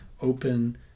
open